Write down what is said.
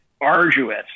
arduous